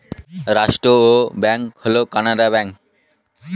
রাষ্ট্রায়ত্ত ব্যাঙ্ক হল কানাড়া ব্যাঙ্ক